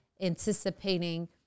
anticipating